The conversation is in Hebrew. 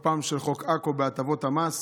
תוקפו של חוק עכו בהטבות המס.